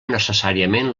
necessàriament